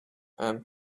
and